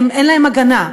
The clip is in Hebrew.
אין להם הגנה.